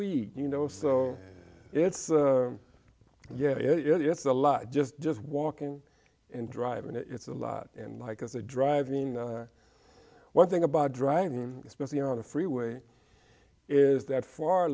week you know so it's yeah it's a lot just just walking and driving it's a lot and like as a driving one thing about driving especially on the freeway is that far